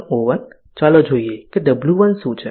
ચાલો જોઈએ W1 શું છે